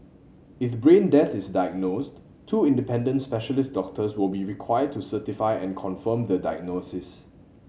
if brain death is diagnosed two independent specialist doctors will be required to certify and confirm the diagnosis